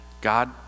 God